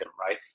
right